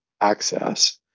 access